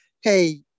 hey